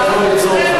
הנה,